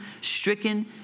stricken